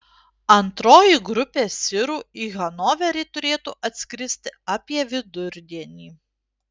antroji grupė sirų į hanoverį turėtų atskristi apie vidurdienį